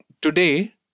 today